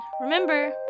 remember